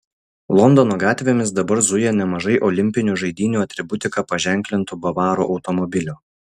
londono gatvėmis dabar zuja nemažai olimpinių žaidynių atributika paženklintų bavarų automobilių